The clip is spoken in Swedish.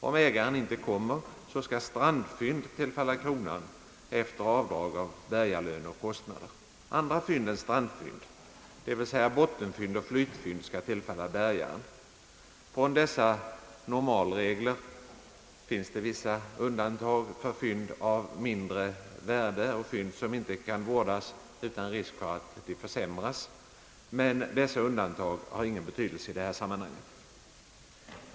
Om ägaren inte kommer, skall strandfynd tillfalla kronan efter avdrag av bärgarlön och kostnader. Andra fynd än strandfynd, d.v.s. bottenfynd och flytfynd, skall tillfalla bärgaren. Från dessa normalregler ges det vissa undantag för fynd av mindre värde och fynd som inte kan vårdas utan risk för att försämras, men dessa undantag har ingen betydelse i detta sammanhang.